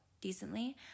decently